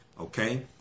Okay